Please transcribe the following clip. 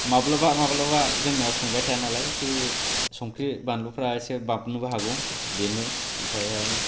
दा माब्लाबा माब्लाबा जोंना संबाय थायानालाय खि संख्रि बानलुफोरा इसे बाबनोबो हागौ बेनो ओमफ्रायहाय